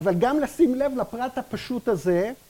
‫אבל גם לשים לב ‫לפרט הפשוט הזה.